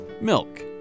Milk